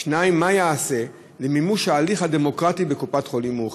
2. מה ייעשה למימוש ההליך הדמוקרטי בקופת-חולים מאוחדת?